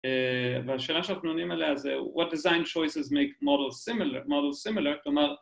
‫והשאלה שאנחנו עונים עליה זה, ‫what design choices make models similar, ‫כלומר...